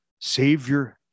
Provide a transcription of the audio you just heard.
Savior